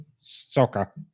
soccer